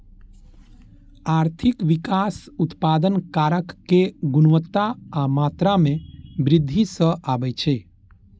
आर्थिक विकास उत्पादन कारक के गुणवत्ता आ मात्रा मे वृद्धि सं आबै छै